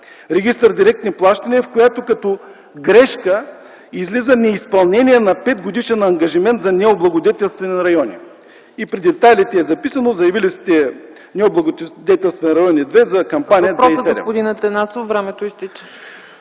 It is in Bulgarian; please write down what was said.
Регистър „Директни плащания”, по която като грешка излиза „неизпълнение на петгодишен ангажимент за необлагодетелствани райони” и при детайлите е записано: „Заявили сте необлагодетелствани райони 2 за кампания 2007